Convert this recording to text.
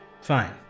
Fine